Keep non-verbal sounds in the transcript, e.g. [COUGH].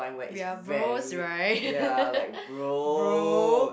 we are bros right [LAUGHS] bro